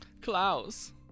Klaus